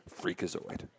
Freakazoid